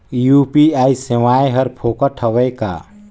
UPI सेवाएं हर फोकट हवय का?